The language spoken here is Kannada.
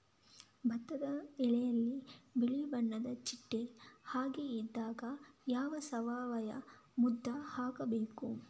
ಭತ್ತದ ಎಲೆಯಲ್ಲಿ ಬಿಳಿ ಬಣ್ಣದ ಚಿಟ್ಟೆ ಹಾಗೆ ಇದ್ದಾಗ ಯಾವ ಸಾವಯವ ಮದ್ದು ಹಾಕಬೇಕು?